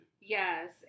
Yes